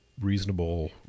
reasonable